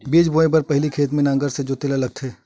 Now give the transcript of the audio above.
बीज बोय के पहिली खेत ल नांगर से जोतेल लगथे?